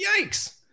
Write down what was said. yikes